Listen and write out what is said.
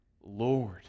Lord